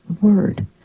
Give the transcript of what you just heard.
Word